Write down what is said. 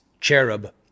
cherub